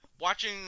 watching